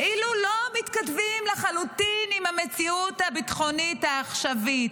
כאילו לא מתכתבים לחלוטין עם המציאות הביטחונית העכשווית.